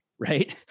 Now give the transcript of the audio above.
right